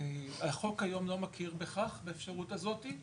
החוק היום לא מכיר בכך באפשרות הזאתי